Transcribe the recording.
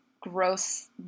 gross